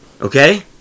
Okay